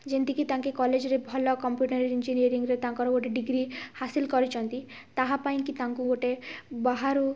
ଯେନ୍ତିକି ତାଙ୍କେ କଲେଜ୍ରେ ଭଲ କମ୍ପ୍ୟୁଟର୍ ଇଞ୍ଜିନିୟରିଂରେ ତାଙ୍କର ଗୋଟେ ଗୋଟେ ଡିଗ୍ରୀ ହାସଲ୍ କରିଛନ୍ତି ତାହାପାଇଁ କି ତାଙ୍କୁ ଗୋଟେ ବାହାରୁ